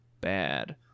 bad